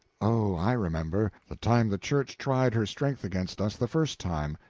oh, i remember the time the church tried her strength against us the first time,